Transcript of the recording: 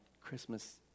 Christmas